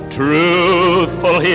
truthful